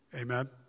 Amen